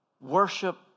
worship